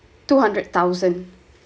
two hundred thousand